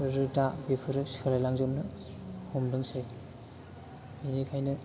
दा बोफोरो सोलायलांजोबनो हमदोंसै बेनिखायनो